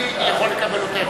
אני יכול לקבל אותו,